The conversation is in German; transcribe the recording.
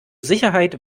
sicherheit